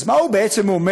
אז מה הוא בעצם אומר?